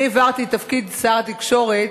אני העברתי את תפקיד שר התקשורת